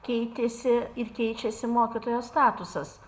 keitėsi ir keičiasi mokytojo statusas